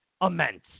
immense